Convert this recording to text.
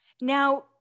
Now